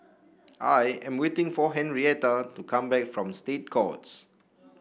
I am waiting for Henrietta to come back from State Courts